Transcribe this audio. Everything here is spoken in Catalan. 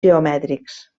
geomètrics